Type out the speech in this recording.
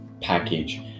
package